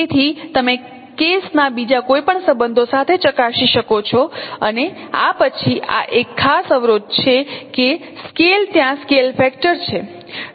તેથી તમે કેસના બીજા કોઈપણ સંબંધો સાથે ચકાસી શકો છો અને આ પછી આ એક ખાસ અવરોધ છે કે સ્કેલ ત્યાં સ્કેલ ફેક્ટર છે